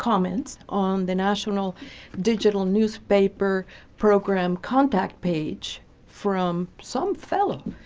comments on the national digital newspaper program contact page from some fellow.